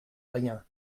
rien